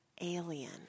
Alien